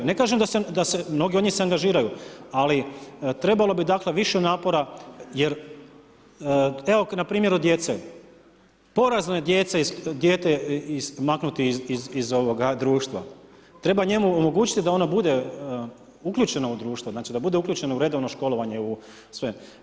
Ne kažem da se, mnogi od njih se angažiraju ali trebalo bi dakle više napora jer, evo npr. od djece, porazno je dijete maknuti iz društva, treba njemu omogućiti da ono bude uključeno u društvo, znači da bude uključeno u redovno školovanje, u sve.